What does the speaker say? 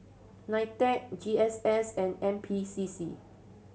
NITEC G S S and N P C C